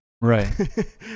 Right